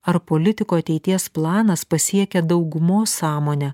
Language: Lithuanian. ar politiko ateities planas pasiekia daugumos sąmonę